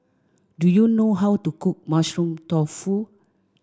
do you know how to cook mushroom tofu